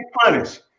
punished